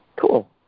Cool